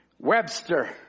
Webster